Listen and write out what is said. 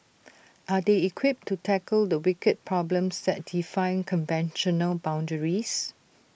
are they equipped to tackle the wicked problems that defy conventional boundaries